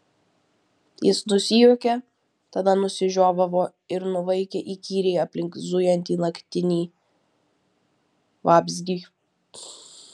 jis nusijuokė tada nusižiovavo ir nuvaikė įkyriai aplink zujantį naktinį vabzdį